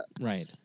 Right